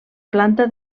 planta